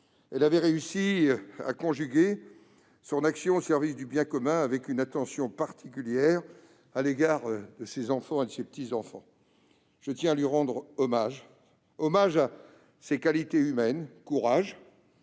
Elle avait aussi réussi à conjuguer son action au service du bien commun avec une attention particulière à l'égard de ses enfants et de ses petits-enfants. Je tiens à rendre hommage à ses qualités humaines : courage